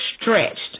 stretched